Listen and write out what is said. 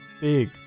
big